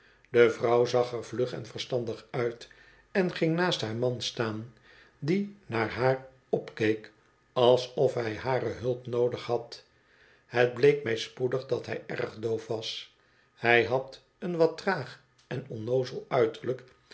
de vrouw zag er vlug en verstandig uit en ging naast haar man staan die naar haar opkeek alsof hij hare hulp noodig had het bleek mij spoedig dat hij erg doof was hij had een traag en onnoozel uiterujk